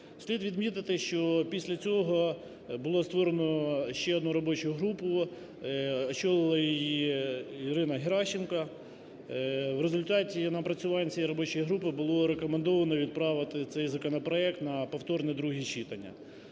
Слід відмітити, що після цього було створено ще одну робочу групу, очолила її Ірина Геращенко, в результаті напрацювань цієї робочої групи було рекомендовано відправити цей законопроект на повторне друге читання.